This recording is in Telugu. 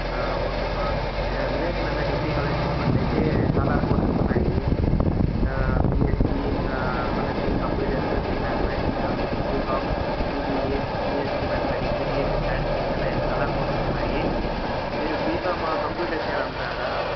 ఓకే మా వివేకానంద డిగ్రీ కాలేజ్ తీసుకున్నట్లయితే చాలా కోర్సస్ ఉన్నాయి బీఎస్సి మళ్ళీ BA computers BA mathematics BCom BBA BSc mathematics BSc statistics అలా చాలా కోర్సస్ ఉన్నాయి మీరు బీకామ్ కంప్యూటర్స్ చేయాలనుకుంటున్నారా